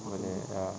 mm ne~ ya